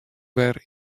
wer